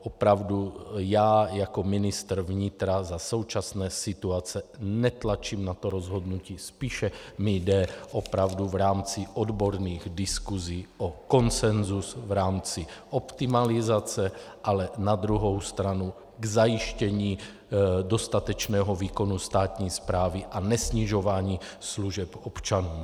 Opravdu já jako ministr vnitra za současné situace netlačím na to rozhodnutí, spíše mi jde opravdu v rámci odborných diskusí o konsenzus v rámci optimalizace, ale na druhou stranu k zajištění dostatečného výkonu státní správy a nesnižování služeb občanům.